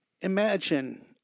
Imagine